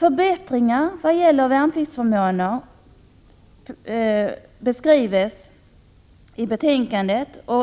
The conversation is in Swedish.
Enligt vad som skrivs i betänkandet skall förbättringar i värnpliktsförmånerna under